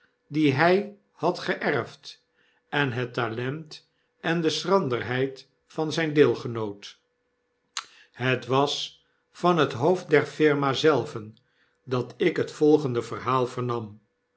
die by had geerfd en het talent en de schranderheid van zjjn deelgenoot het was van het hoofd der firma zelven datikhet volgende verhaal vernam